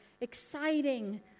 exciting